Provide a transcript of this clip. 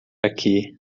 aqui